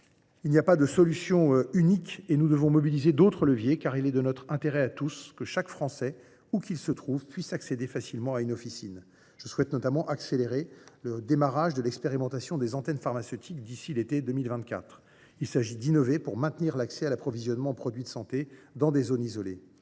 il n’y a pas de solution unique. Nous devons donc actionner d’autres leviers, car il est de notre intérêt à tous que chaque Français, où qu’il se trouve, puisse accéder facilement à une officine. Je souhaite notamment accélérer le lancement de l’expérimentation des antennes pharmaceutiques d’ici à l’été prochain. Il s’agit d’innover pour maintenir l’accès à l’approvisionnement en produits de santé dans les zones isolées.